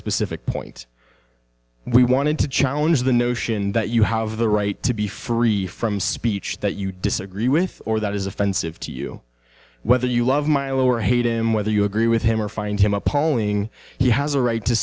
specific point we wanted to challenge the notion that you have the right to be free from speech that you disagree with or that is offensive to you whether you love my or hate him whether you agree with him or find him up owing he has a right to